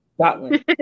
Scotland